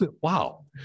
wow